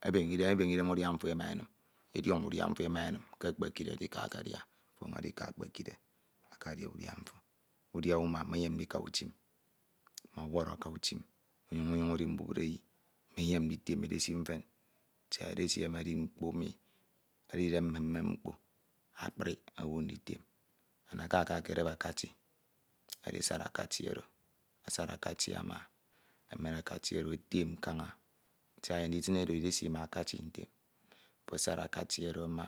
ebeñe idem, ebene ide udia mfo ema enim ke ekpikere, afo ọnyuñ edika ekpekine akadia udia mfo udia mma, menyem ndika utim ofo ọnyuñ ọwọro aka utim unyuñ unyon udi mbubreyi me enyem nditem edesi mfen siak edesi emi edi mkpo emi edide mmen mmem akpri owu nditem. Ana aka akedep akati edisad akati oro, asa akati ama emen ati oro, etem kaña siak enyem ndisi edo edesi ma akati ntem, afo asad akati oro ama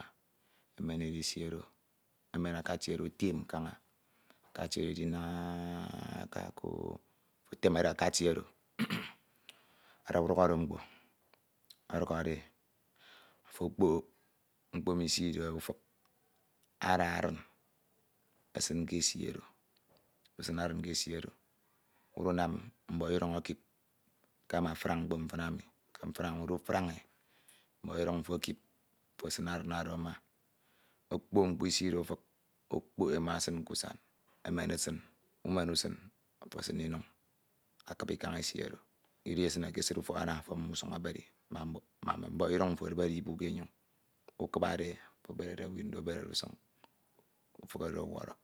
emen edesi oro, emen akati oro etem kaña, akati oro idina a a a aka ko, utemede akati oro ada udukhọde mkpo, ofo okpok mkpo emi iside ufik ada adin esinke esi oro, usin adinke esi oro, usunam mbọhọ ilduñ ekip ke mafrañ mkpo mfin emi ke mfin emi ulutrañ e mbọhọlduñ mfo ekip, ofo esin adin oro ama, okpok mkpo iside ufik ọkpok ema esin k’usan emen esin, umen, usin afo esin inuñ, akibi kaña esi oro, idi esine ke esid ufọk anam ofo eben usuñoro mak mme mbọholduñ mfo edibere ibu ke enyoñ uduberede usuñ, ufik oro ọwọrọ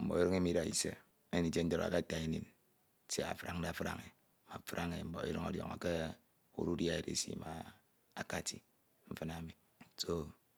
mmo inyem ndida nsie enyem nditie nte edọhọ k’ata enim siak efrañde frañ e afrañ e mhọhọlduñ ọdiọñọ ke ku ududia edesi ma akati mfin emi do